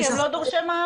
כי הם לא דורשי מעמד,